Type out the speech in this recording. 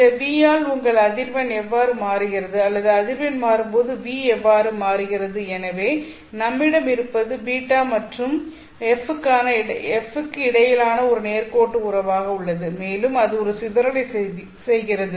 இந்த v ஆல் உங்கள் அதிர்வெண் எவ்வாறு மாறுகிறது அல்லது அதிர்வெண் மாறும் போது v எவ்வாறு மாறுகிறது எனவே நம்மிடம் இருப்பது β மற்றும் f க்கு இடையிலான ஒரு நேர்கோட்டு உறவாக உள்ளது மேலும் அது ஒரு சிதறலை செய்கிறது